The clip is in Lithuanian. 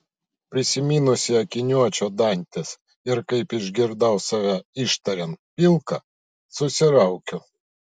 prisiminusi akiniuočio dantis ir kaip išgirdau save ištariant pilka susiraukiu